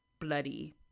bloody